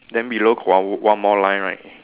then below got one one more line right